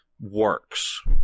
works